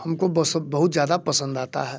हम को बस बहुत ज़्यादा पसंद आता है